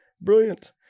Brilliant